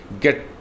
get